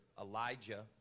Elijah